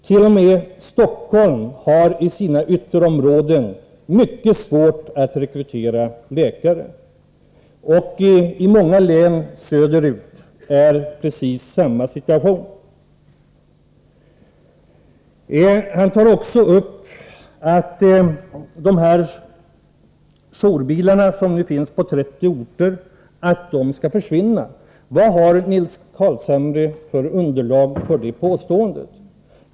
T.o.m. Stockholm har i sina ytterområden mycket svårt att rekrytera läkare, och många län söder ut har precis samma situation. Han tog också upp att de jourbilar som nu finns på 30 orter skulle försvinna. Vad har Nils Carlshamre för underlag för detta påstående?